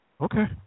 Okay